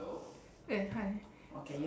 eh hi